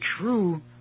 true